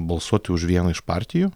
balsuoti už vieną iš partijų